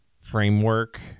framework